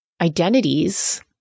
identities